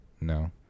no